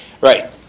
right